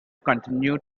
continued